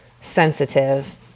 sensitive